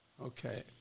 Okay